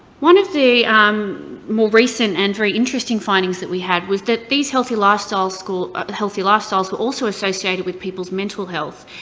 one of the more recent and very interesting findings that we had was that these healthy lifestyle scores, healthy lifestyles were also associated with peoples' mental health.